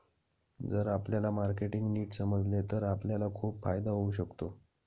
जर आपल्याला मार्केटिंग नीट समजले तर आपल्याला खूप फायदा होऊ शकतो